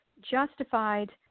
justified